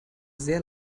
sehr